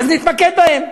אז נתמקד בהם.